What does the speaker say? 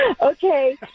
Okay